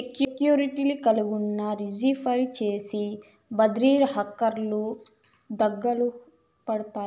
సెక్యూర్టీలు కలిగున్నా, రిజీ ఫరీ చేసి బద్రిర హర్కెలు దకలుపడతాయి